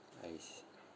I see